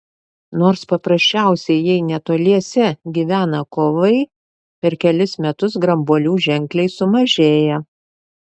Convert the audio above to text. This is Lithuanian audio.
nors paprasčiausiai jei netoliese gyvena kovai per kelis metus grambuolių ženkliai sumažėja